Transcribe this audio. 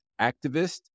activist